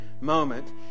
moment